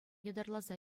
ятарласа